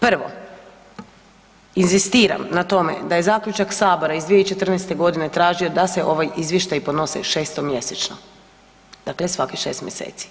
Prvo, inzistiram na tome da je zaključak sabora iz 2014.g. tražio da se ovi izvještaji podnose 6-mjesečno, dakle svakih 6 mjeseci.